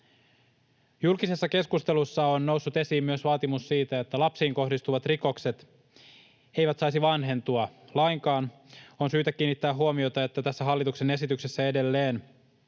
Julkisessa keskustelussa on noussut esiin myös vaatimus siitä, että lapsiin kohdistuvat rikokset eivät saisi vanhentua lainkaan. On syytä kiinnittää huomiota siihen, että tässä hallituksen esityksessä edelleen